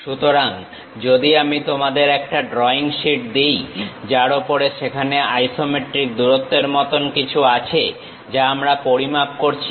সুতরাং যদি আমি তোমাদের একটা ড্রইং শীট দিই যার ওপরে সেখানে আইসোমেট্রিক দূরত্বের মত কিছু আছে যা আমরা পরিমাপ করছি